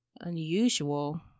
unusual